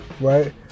right